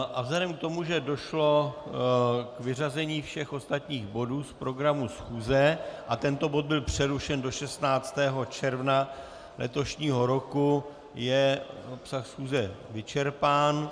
A vzhledem k tomu, že došlo k vyřazení všech ostatních bodů z programu schůze a tento bod byl přerušen do 16. června letošního roku, je obsah schůze vyčerpán.